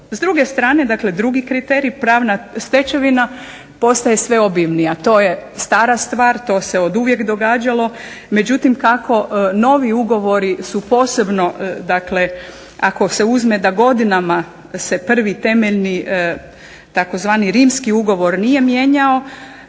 S druge strane, dakle drugi kriterij, pravna stečevina postaje sve obimnija. To je stara stvar, to se oduvijek događalo, međutim kako novi ugovori su posebno, dakle ako se uzme da godinama se prvi temeljni tzv. rimski ugovor nije mijenjao